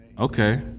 Okay